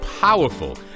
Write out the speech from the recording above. powerful